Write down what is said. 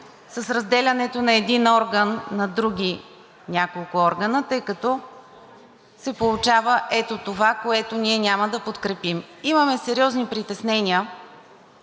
с разделянето на един орган на други няколко органа, тъй като се получава ето това, което ние няма да подкрепим. Имаме сериозни притеснения